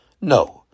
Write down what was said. No